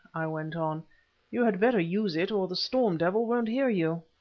i went on you had better use it, or the storm devil won't hear you.